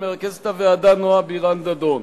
ומרכזת הוועדה נועה בירן-דדון,